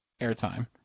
airtime